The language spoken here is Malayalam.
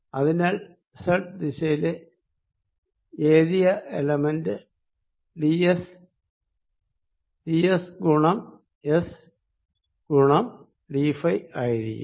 അതിനാൽ സെഡ് ദിശയിലെആരെയേ എലമെന്റ് ഡിഎസ് ഡിഎസ് ഗുണം എസ് ഗുണം ഡി ഫൈ ആയിരിക്കും